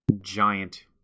giant